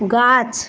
গাছ